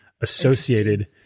associated